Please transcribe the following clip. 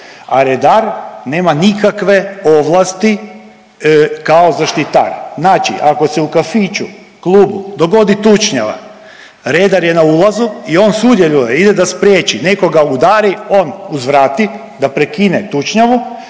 redar nema nikakve ovlasti kao zaštitar. Znači ako se u kafiću, klubu dogodi tučnjava, redar je na ulazi u on sudjeluje, ide da spriječi, netko ga udari, on uzvrati da prekine tučnjavu,